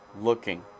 looking